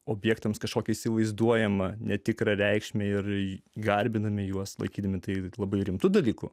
objektams kažkokį įsivaizduojamą netikrą reikšmę ir garbinami juos laikydami tai labai rimtu dalyku